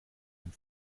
dem